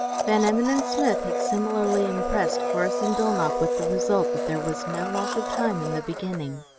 van emmon and smith had similarly impressed corrus and dulnop with the result that there was no loss of time in the beginning.